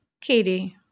Katie